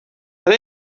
are